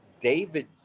David